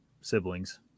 siblings